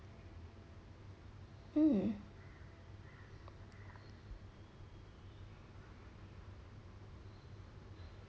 mm